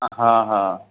हा हा